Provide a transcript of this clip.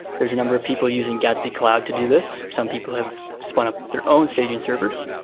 there're a number of people using gatsby cloud to do this. some people have spun up their own staging servers,